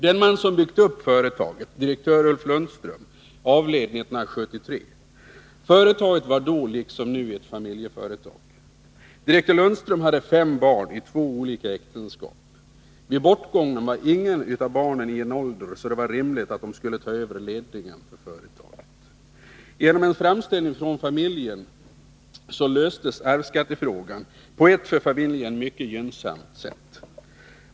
Den man som byggt upp företaget, direktör Ulf Lundström, avled 1973. Företaget var då, liksom nu, ett familjeföretag. Direktör Lundström hade fem barn i två olika äktenskap. Vid bortgången var inget av barnen vid en sådan ålder att det var rimligt att de skulle ta över ledningen för företaget. Genom en framställning från familjen löstes arvsskattefrågan på ett för familjen mycket gynnsamt sätt.